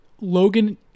Logan